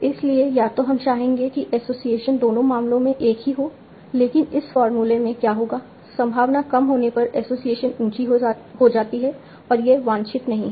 इसलिए या तो हम चाहेंगे कि एसोसिएशन दोनों मामलों में एक ही हो लेकिन इस फॉर्मूले में क्या होगा संभावना कम होने पर एसोसिएशन ऊंची हो जाती है और यह वांछित नहीं है